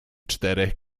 czterech